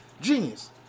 Genius